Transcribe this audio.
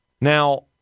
Now